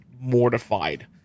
mortified